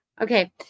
Okay